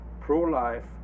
pro-life